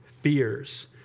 Fears